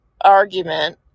argument